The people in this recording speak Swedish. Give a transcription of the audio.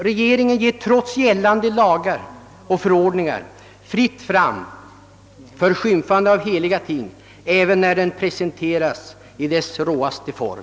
Regeringen ger trots gällande lagar och förordningar »fritt fram» för skymfande av heliga ting, även när skymfen presenteras i dess råaste form.